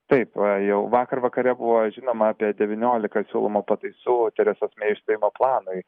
taip jau vakar vakare buvo žinoma apie devyniolika siūlomų pataisų teresos mei išstojimo planui